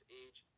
age